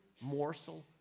morsel